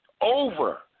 Over